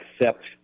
accept